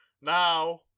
now